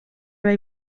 are